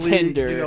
Tinder